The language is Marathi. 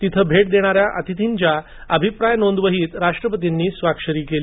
तिथे भेट देणाऱ्या अतिथींच्या अभिप्राय नोंदवहीत राष्ट्रपतींनी स्वाक्षरी केली